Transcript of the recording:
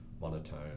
monotone